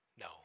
No